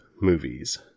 movies